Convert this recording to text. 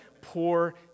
poor